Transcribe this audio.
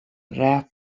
rap